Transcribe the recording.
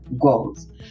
goals